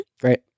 Great